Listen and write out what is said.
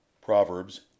Proverbs